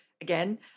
again